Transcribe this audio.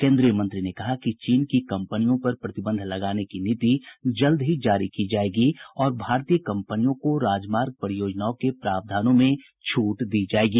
केन्द्रीय मंत्री ने कहा कि चीन की कंपनियों पर प्रतिबंध लगाने की नीति जल्द ही जारी की जायेगी और भारतीय कंपनियों को राजमार्ग परियोजनाओं के प्रावधानों में छूट दी जायेगी